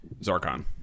Zarkon